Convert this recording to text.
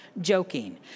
joking